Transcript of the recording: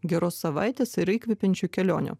geros savaitės ir įkvepiančių kelionių